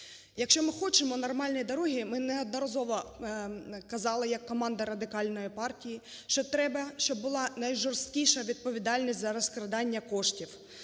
Якщо ми хочемо нормальні дороги, ми неодноразово казали, як команда Радикальної партії, що треба, щоб була найжорсткіша відповідальність за розкрадання коштів,